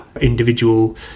individual